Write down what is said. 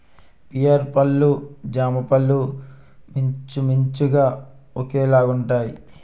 pear పళ్ళు జామపళ్ళు మించుమించుగా ఒకేలాగుంటాయి